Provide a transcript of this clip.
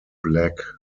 black